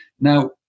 Now